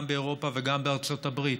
גם באירופה וגם בארצות הברית,